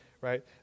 right